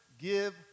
give